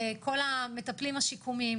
כל המטפלים השיקומיים,